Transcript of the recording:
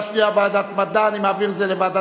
מדע.